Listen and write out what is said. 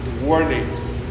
warnings